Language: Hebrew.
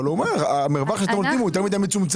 אבל הוא אומר המרווח מול שאתם נותנים הוא יותר מדי מצומצם,